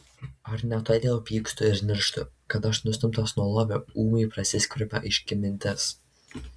ar ne todėl pykstu ir nirštu kad aš nustumtas nuo lovio ūmai prasiskverbia aiški mintis